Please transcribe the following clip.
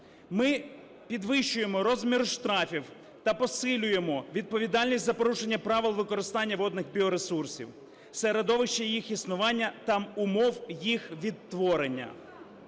Ми підвищуємо розмір штрафів та посилюємо відповідальність за порушення правил використання водних біоресурсів, середовище їх існування та умов їх відтворення.